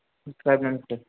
साहेब नमस्कार